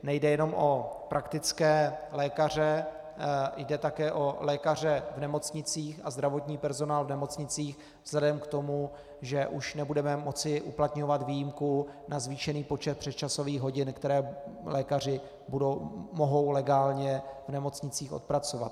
Nejde jenom o praktické lékaře, jde také o lékaře v nemocnicích a zdravotní personál v nemocnicích vzhledem k tomu, že už nebudeme moci uplatňovat výjimku na zvýšený počet přesčasových hodin, které lékaři mohou legálně v nemocnicích odpracovat.